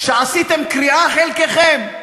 שעשיתם קריעה, חלקכם?